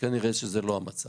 וכנראה שזה לא המצב.